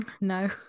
No